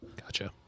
Gotcha